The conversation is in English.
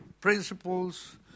principles